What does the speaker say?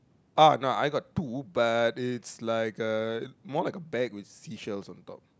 uh no I got two but is like a more like a bag with sea shells on top